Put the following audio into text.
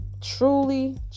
Truly